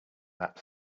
that